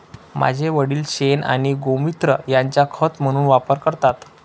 माझे वडील शेण आणि गोमुत्र यांचा खत म्हणून वापर करतात